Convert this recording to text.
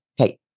Okay